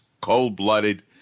cold-blooded